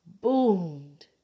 boomed